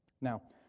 Now